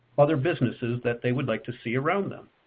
other businesses that they would like to see around them.